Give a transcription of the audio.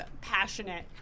passionate